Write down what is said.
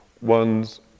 one's